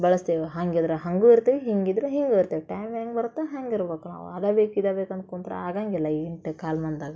ಬಳಸ್ತೀವಿ ಹಂಗಿದ್ರೆ ಹಾಗೂ ಇರ್ತೀವಿ ಹಿಂಗಿದ್ರೆ ಹೀಗೂ ಇರ್ತೀವಿ ಟೈಮ್ ಹೆಂಗ್ ಬರುತ್ತೊ ಹಂಗೆ ಇರ್ಬೇಕ್ ನಾವು ಅದೇ ಬೇಕು ಇದೇ ಬೇಕು ಅಂದು ಕೂತ್ರೆ ಆಗೋಂಗಿಲ್ಲ ಇಂಟ್ ಕಾಲಮಾನ್ದಾಗ